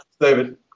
David